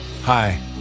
Hi